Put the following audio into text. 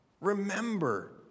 Remember